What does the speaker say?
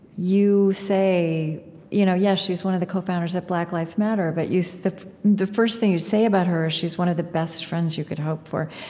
you say you know yes, she's one of the cofounders of black lives matter but so the the first thing you say about her is, she's one of the best friends you could hope for.